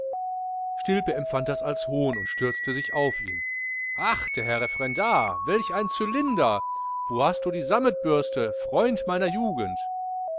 stilpe empfand das als hohn und stürzte sich auf ihn ach der herr referendar welch ein cylinder wo hast du die sametbürste freund meiner jugend